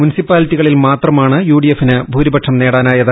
മുനിസിപ്പാലിറ്റികളിൽ മാത്രമാണ് യുഡിഎഫിന് ഭൂരിപക്ഷം നേടാനായത്